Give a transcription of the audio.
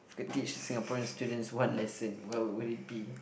if you could teach Singaporean students one lesson what would it be